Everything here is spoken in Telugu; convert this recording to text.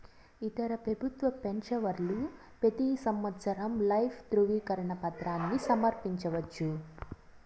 ఇతర పెబుత్వ పెన్సవర్లు పెతీ సంవత్సరం లైఫ్ దృవీకరన పత్రాని సమర్పించవచ్చు